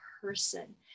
person